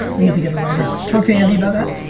we need to get a writer. talk to andy about that.